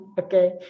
Okay